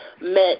met